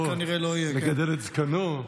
לגדל את זקנו.